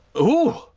oh,